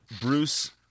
Bruce